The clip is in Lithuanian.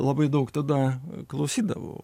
labai daug tada klausydavau